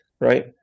right